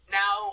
now